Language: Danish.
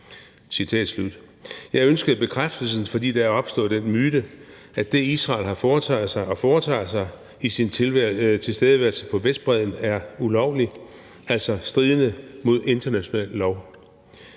Jeg ønskede bekræftelsen, fordi der er opstået den myte, at det, Israel har foretaget sig og foretager sig i sin tilstedeværelse på Vestbredden, er ulovligt, altså stridende mod international lov.